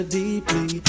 deeply